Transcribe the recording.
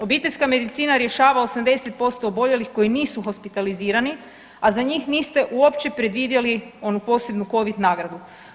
Obiteljska medicina rješava 80% oboljelih koji nisu hospitalizirani, a za njih niste uopće predvidjeli oni posebnu Covid nagradu.